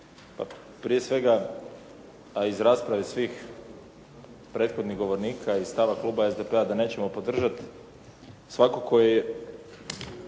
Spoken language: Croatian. prije svega, a iz rasprave svih govornika i stava kluba SDP-a da nećemo podržati. Svakako